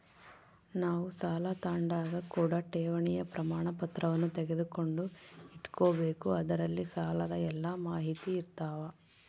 ನಾವು ಸಾಲ ತಾಂಡಾಗ ಕೂಡ ಠೇವಣಿಯ ಪ್ರಮಾಣಪತ್ರವನ್ನ ತೆಗೆದುಕೊಂಡು ಇಟ್ಟುಕೊಬೆಕು ಅದರಲ್ಲಿ ಸಾಲದ ಎಲ್ಲ ಮಾಹಿತಿಯಿರ್ತವ